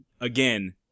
again